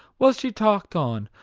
while she talked on,